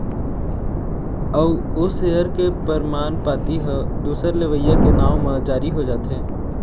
अउ ओ सेयर के परमान पाती ह दूसर लेवइया के नांव म जारी हो जाथे